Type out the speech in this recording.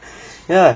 ya